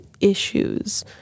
issues